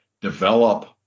develop